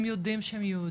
הם יודעים שהם יהודים,